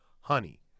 honey